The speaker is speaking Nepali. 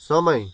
समय